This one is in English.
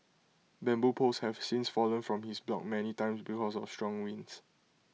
bamboo poles have since fallen from his block many time because of strong winds